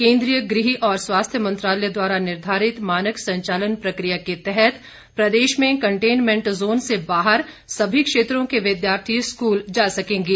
केन्द्रीय गृह और स्वास्थ्य मंत्रालय द्वारा निर्धारित मानक संचालन प्रक्रिया के तहत प्रदेश में कंटेनमेंट जोन से बाहर सभी क्षेत्रों के विद्यार्थी स्कूल जा सकेंगे